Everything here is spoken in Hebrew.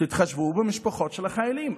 תתחשבו במשפחות של החיילים.